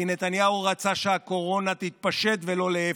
כי נתניהו רצה שהקורונה תתפשט ולא להפך.